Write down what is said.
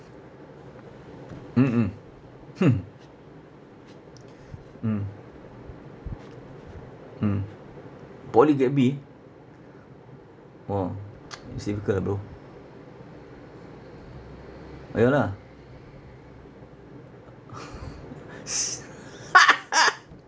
mm mm hmm mm mm poly get B orh it's difficult ah bro ah ya lah